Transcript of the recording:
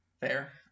Fair